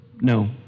No